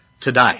today